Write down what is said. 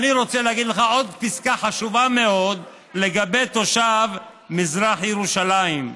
אני רוצה להגיד לך עוד פסקה חשובה מאוד לגבי תושב מזרח ירושלים: